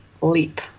leap